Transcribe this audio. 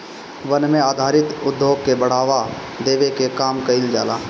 वन पे आधारित उद्योग के बढ़ावा देवे के काम कईल जाला